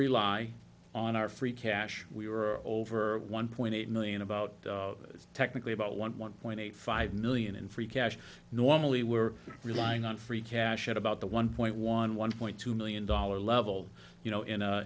rely on our free cash we were over one point eight million about technically about one point eight five million in free cash normally we're relying on free cash at about the one point one one point two million dollar level you know